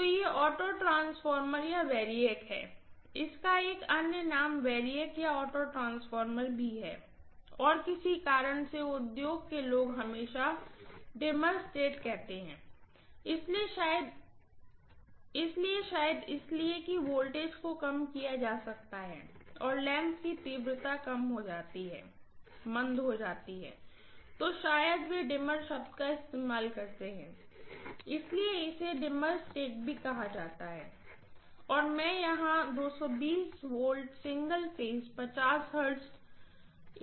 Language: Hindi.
तो यह ऑटो ट्रांसफार्मर या वैरिएक है इसका एक अन्य नाम वैरिएक या ऑटो ट्रांसफार्मर भी है और किसी कारण से उद्योग के लोग हमेशा डिमर स्टेट कहते हैं इसलिए शायद इसलिए कि वोल्टेज को कम किया जा सकता है और लैंप की तीव्रता कम हो सकती है मंद हो सकती है तो शायद वे डिमर शब्द का इस्तेमाल करते हैं इसलिए इसे डिमर स्टेट भी कहा जाता है और यहां मैं V single phase Hz AC लगाने जा रही हूँ